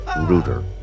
ruder